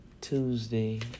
Tuesday